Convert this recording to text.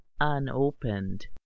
unopened